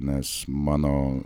nes mano